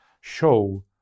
show